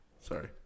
Sorry